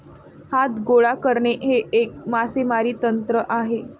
हात गोळा करणे हे एक मासेमारी तंत्र आहे